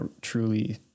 truly